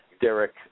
Derek